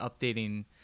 updating